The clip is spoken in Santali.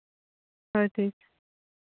ᱦᱳᱭ ᱴᱷᱤᱠ